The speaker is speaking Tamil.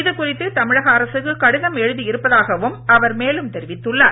இது குறித்து தமிழக அரசுக்கு கடிதம் எழுதி இருப்பதாகவும் அவர் மேலும் தெரிவித்துள்ளார்